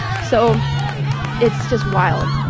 so it's just wild